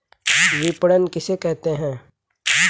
विपणन किसे कहते हैं?